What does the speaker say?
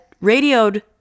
Radioed